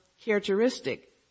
characteristic